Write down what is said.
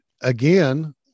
again